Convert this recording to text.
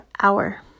hour